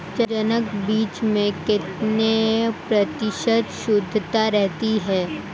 जनक बीज में कितने प्रतिशत शुद्धता रहती है?